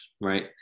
right